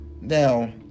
Now